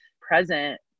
present